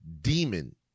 demon